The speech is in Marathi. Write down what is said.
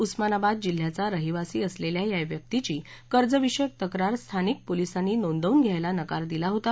उस्मानाबाद जिल्ह्याचा रहिवासी असलेल्या या व्यक्तीची कर्जविषयक तक्रार स्थनिक पोलिसांनी नोंदवून घ्यायला नकार दिला होता